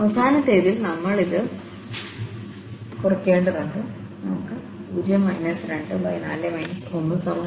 അവസാനത്തേതിൽ നമ്മൾക്ക് ഇത് ഇപ്പോൾ ഉണ്ട് ഇത് കുറയ്ക്കേണ്ടതുണ്ട് നമുക്ക് 0 24 1 23 ലഭിക്കും